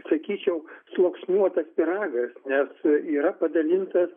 sakyčiau sluoksniuotas pyragas nes yra padalintas